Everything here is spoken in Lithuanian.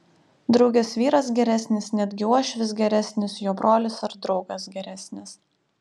draugės vyras geresnis netgi uošvis geresnis jo brolis ar draugas geresnis